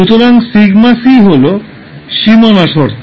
সুতরাং σc হল সীমানা শর্ত